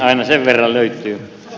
aina sen verran löytyy y